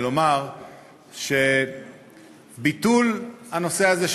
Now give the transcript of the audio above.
ולומר שביטול הנושא הזה,